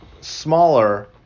smaller